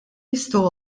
jistgħu